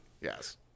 Yes